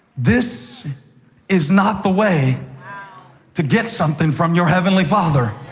this is not the way to get something from your heavenly father.